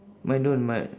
mine don't mi~